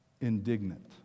indignant